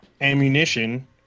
ammunition